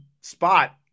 spot